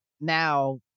now